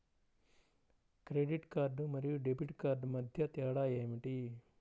Credit card మరియు debit card మధ్య తేడా ఏమిటి?